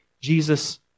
Jesus